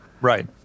Right